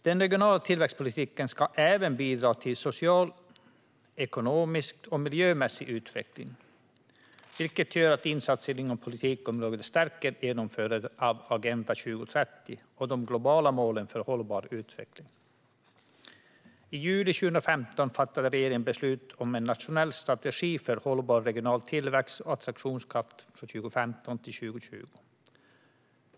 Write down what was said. Den regionala tillväxtpolitiken ska även bidra till social, ekonomisk och miljömässig utveckling, vilket gör att insatser inom politikområdet stärker genomförandet av Agenda 2030 och de globala målen för hållbar utveckling. I juli 2015 fattade regeringen beslut om en nationell strategi för hållbar regional tillväxt och attraktionskraft för 2015-2020.